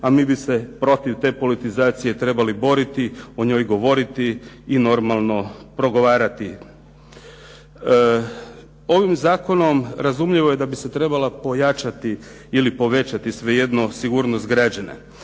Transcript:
a mi bi se protiv te politizacije trebali boriti, o njoj govoriti i normalno progovarati. Ovim zakonom razumljivo je da bi se trebala pojačati ili povećati, svejedno, sigurnost građana.